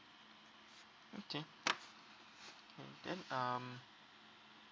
okay okay then um